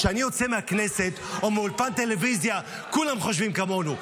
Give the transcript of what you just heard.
כשאני יוצא מהכנסת או מאולפן טלוויזיה כולם חושבים כמונו.